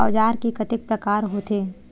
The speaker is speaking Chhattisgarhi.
औजार के कतेक प्रकार होथे?